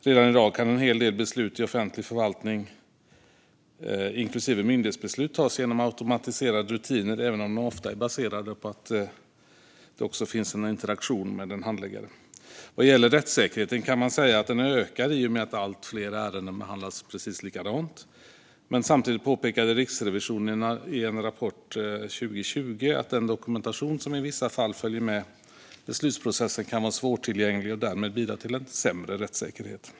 Redan i dag kan en hel del beslut i offentlig förvaltning, inklusive myndighetsbeslut, tas genom automatiserade rutiner, även om de ofta är baserade på att det också finns en interaktion med en handläggare. Vad gäller rättssäkerheten kan man säga att den ökar i och med att allt fler ärenden behandlas precis likadant. Men samtidigt påpekade Riksrevisionen i en rapport 2020 att den dokumentation som i vissa fall följer med beslutsprocessen kan vara svårtillgänglig och därmed bidra till en sämre rättssäkerhet.